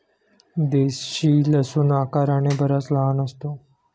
देशी लसूण आकाराने बराच लहान असतो